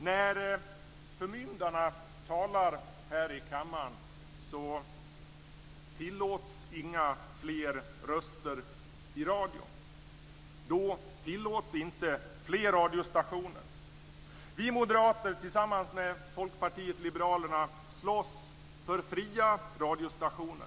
När förmyndarna talar här i kammaren tillåts inga fler röster i radio. Då tillåts inga fler radiostationer. Vi moderater slåss tillsammans med Folkpartiet liberalerna för fria radiostationer.